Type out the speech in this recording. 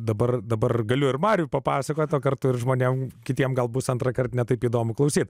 dabar dabar galiu ir marių papasakoti o kartu ir žmonėms kitiems gal bus antrąkart ne taip įdomu klausyti